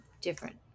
different